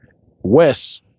Wes